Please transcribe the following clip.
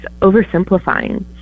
oversimplifying